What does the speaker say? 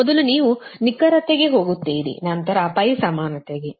ಮೊದಲು ನೀವು ನಿಖರತೆಗೆ ಹೋಗುತ್ತೀರಿ ನಂತರ ಸಮಾನತೆ ಗೆ